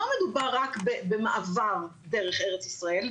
לא מדובר רק במעבר דרך ארץ ישראל,